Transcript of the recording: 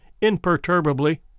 imperturbably